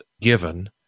given